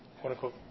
quote-unquote